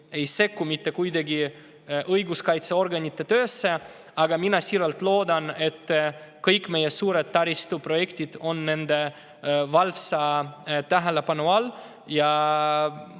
ei sekku mitte kuidagi õiguskaitseorganite töösse, aga ma siiralt loodan, et kõik meie suured taristuprojektid on nende valvsa tähelepanu all.